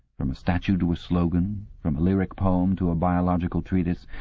from a statue to a slogan, from a lyric poem to a biological treatise,